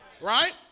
Right